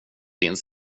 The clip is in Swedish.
din